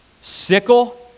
sickle